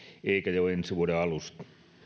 eikä jo ensi vuoden alusta